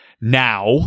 now